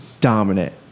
Dominant